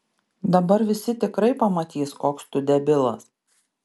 dabar visi tikrai pamatys koks tu debilas